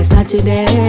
Saturday